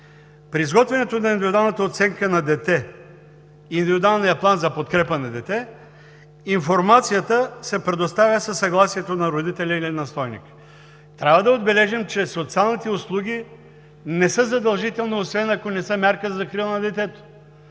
„при изготвянето на индивидуалната оценка на дете, индивидуалния план за подкрепа на дете, информацията се предоставя със съгласието на родителя или настойника“. Трябва да отбележим, че социалните услуги не са задължителни, освен ако не са мярка за закрила на детето.